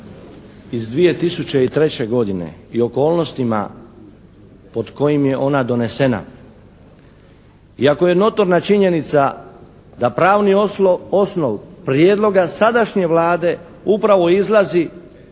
iz 2003. godine i okolnostima pod kojim je ona donesena. Iako je notorna činjenica da pravni osnov prijedloga sadašnje Vlade upravo izlazi